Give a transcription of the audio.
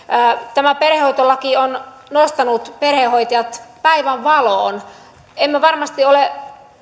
tämä perhehoitolaki on nostanut perhehoitajat päivänvaloon emme varmasti ole